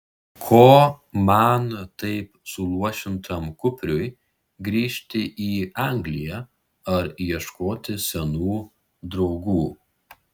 ko man taip suluošintam kupriui grįžti į angliją ar ieškoti senų draugų